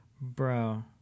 Bro